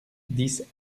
dix